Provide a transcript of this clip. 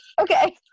okay